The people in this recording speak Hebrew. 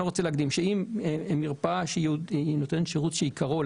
אם מרפאה שנותנת שירות שעיקרו הוא